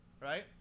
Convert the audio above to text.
right